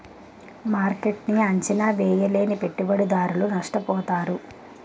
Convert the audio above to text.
మార్కెట్ను అంచనా వేయలేని పెట్టుబడిదారులు నష్టపోతారు